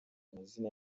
amazina